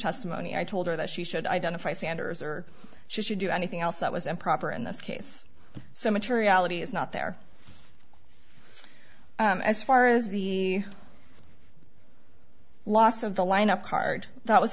testimony i told her that she should identify sanders or she should do anything else that was improper in this case so materiality is not there as far as the loss of the lineup card that was